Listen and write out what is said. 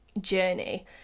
journey